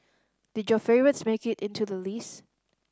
did your favourites make it into the list